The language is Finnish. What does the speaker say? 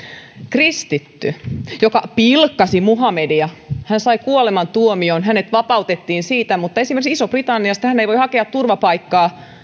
kristitty joka pilkkasi muhammedia sai kuolemantuomion hänet vapautettiin siitä mutta esimerkiksi isosta britanniasta hän ei voi hakea turvapaikkaa